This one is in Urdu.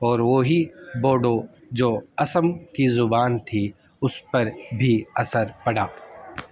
اور وہی بوڈو جو اسم کی زبان تھی اس پر بھی اثر پڑا